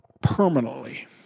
permanently